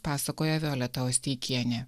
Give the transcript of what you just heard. pasakoja violeta osteikienė